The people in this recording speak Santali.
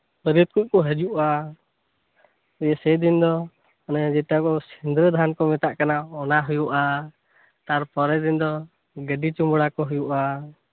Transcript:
ᱵᱟᱹᱨᱭᱟᱹᱛᱚᱜ ᱠᱚ ᱦᱤᱡᱩᱜᱼᱟ ᱫᱤᱭᱮ ᱥᱮᱫᱤᱱ ᱫᱚ ᱢᱟᱱᱮ ᱡᱮᱴᱟ ᱠᱚ ᱥᱤᱸᱫᱽᱨᱟᱹᱫᱟᱱ ᱠᱚ ᱢᱮᱛᱟᱜ ᱠᱟᱱᱟ ᱚᱱᱟ ᱦᱳᱭᱳᱜᱼᱟ ᱛᱟᱨᱯᱚᱨᱮ ᱫᱤᱱ ᱫᱚ ᱜᱟᱰᱤ ᱪᱩᱢᱟᱹᱲᱟ ᱠᱚ ᱦᱳᱭᱳᱜᱼᱟ